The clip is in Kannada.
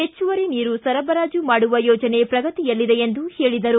ಹೆಚ್ಚುವರಿ ನೀರು ಸರಬರಾಜು ಮಾಡುವ ಯೋಜನೆ ಪ್ರಗತಿಯಲ್ಲಿದೆ ಎಂದು ಹೇಳದರು